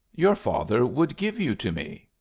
your father would give you to me.